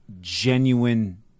genuine